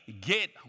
get